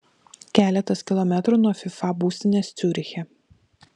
keletas kilometrų nuo fifa būstinės ciuriche